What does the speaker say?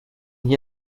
hier